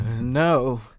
no